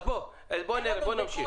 אז נמשיך.